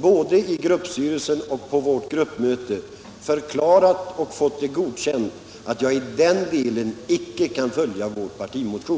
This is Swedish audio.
både i gruppstyrelsen och på vårt gruppmöte förklarat, och också fått det godkänt, att jag i den delen icke kan följa vår partimotion.